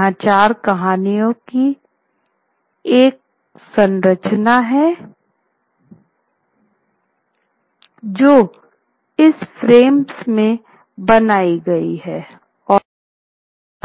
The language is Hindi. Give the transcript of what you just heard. यहाँ चार कहानियों की एक संरचना है जो इस फ्रेम में बनाई गई है और